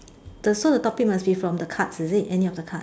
the so the topic must be from the cards is it any of the cards